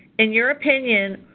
in your opinion,